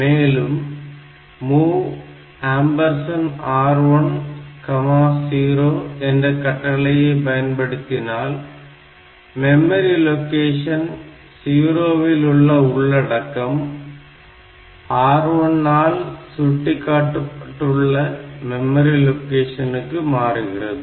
மேலும் MOV R10 என்ற கட்டளையை பயன்படுத்தினால் மெமரி லொகேஷன் 0 இல் உள்ள உள்ளடக்கம் R1 ஆல் சுட்டிக்காட்டப்பட்டுள்ள மெமரி லொகேஷனுக்கு மாறுகிறது